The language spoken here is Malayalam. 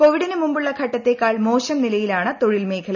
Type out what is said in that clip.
കോവിഡിന് മുമ്പുള്ള ഘട്ടത്തിലേക്കാൾ മോശം നിലയിലാണ് തൊഴിൽ മേഖല